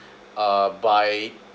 uh by